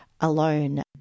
alone